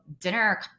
dinner